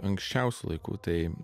anksčiausių laikų tai